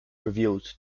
revealed